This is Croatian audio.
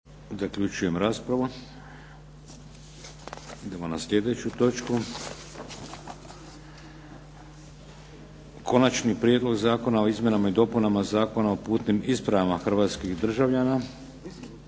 glasuje. Dajem na glasovanje Konačni prijedlog zakona o izmjenama i dopunama Zakona o putnim ispravama hrvatskih državljana.